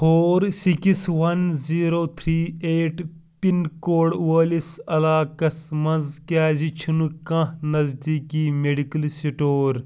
four six one zero three eight pin code وٲلِس علاقس منٛز کیٛازِ چھُنہٕ کانٛہہ نزدیٖکی میڈیکل سِٹور